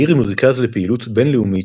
העיר היא מרכז לפעילות בין-לאומית,